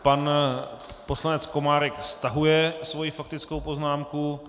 Pan poslanec Komárek stahuje svoji faktickou poznámku.